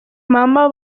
mama